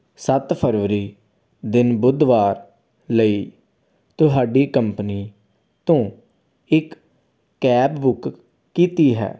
ਸੱਤ ਫਰਵਰੀ ਦਿਨ ਬੁੱਧਵਾਰ ਲਈ ਤੁਹਾਡੀ ਕੰਪਨੀ ਤੋਂ ਇੱਕ ਕੈਬ ਬੁੱਕ ਕੀਤੀ ਹੈ